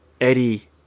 Eddie